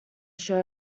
show